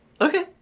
Okay